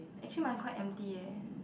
actually mine quite empty eh